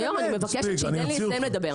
כבוד היושב-ראש, אני מבקשת שייתן לי לסיים לדבר.